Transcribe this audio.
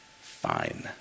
fine